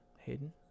Hayden